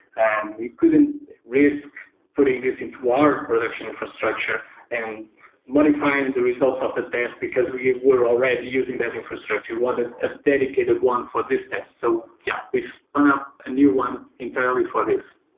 and we couldn't risk putting this into our production infrastructure and modifying the results of the test, because we were already using that infrastructure, and a dedicated one for this test. so yeah we spun-up a new one entirely for this.